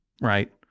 right